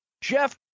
Jeff